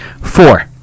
Four